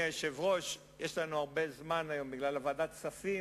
זמן היום בגלל ועדת הכספים.